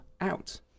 out